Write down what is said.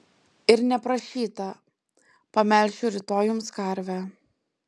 ir neprašyta pamelšiu rytoj jums karvę